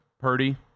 Purdy